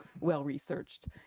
well-researched